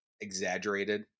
exaggerated